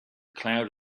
cloud